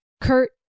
Kurt